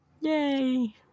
Yay